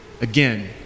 again